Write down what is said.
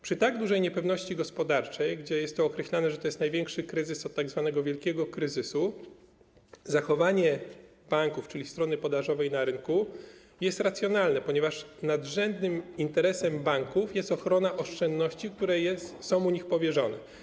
Przy tak dużej niepewności gospodarczej - jest to określane jako największy kryzys od tzw. wielkiego kryzysu - zachowanie banków, czyli strony podażowej na rynku, jest racjonalne, ponieważ nadrzędnym interesem banków jest ochrona oszczędności, które są u nich powierzone.